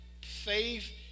faith